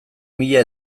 mila